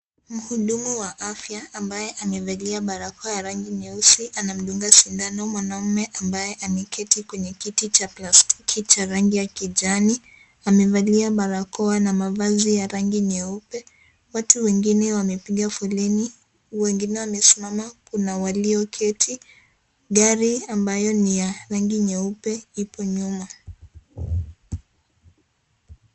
Muhudumu wa afya ambaye amevalia barakoa ya rangi nyeusi anamdunga si dano mwanaume ambaye ameketi kwenye kiti cha plastici cha rangi ya kijani, amevalia barakoa na mavazi ya rangi nyeupe, watu wengine wamepiga foleni wengine wamesimama kuna walio keti, gari ambayo ni ya rangi nyeupe ipo nyuma.